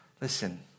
listen